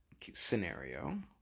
scenario